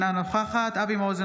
אינה נוכחת אבי מעוז,